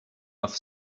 off